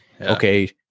okay